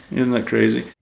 and that crazy?